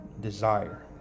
desire